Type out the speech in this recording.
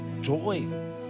joy